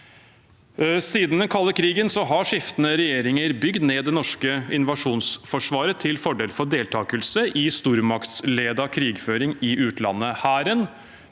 Siden den kalde krigen har skiftende regjeringer bygd ned det norske invasjonsforsvaret til fordel for deltakelse i stormaktsledet krigføring i utlandet. Hæren